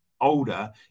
older